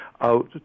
out